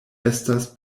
estas